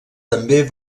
també